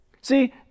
See